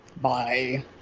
Bye